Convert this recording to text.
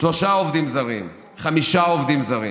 שלושה עובדים זרים, חמישה עובדים זרים,